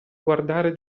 guardare